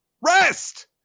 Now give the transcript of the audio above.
Rest